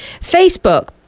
Facebook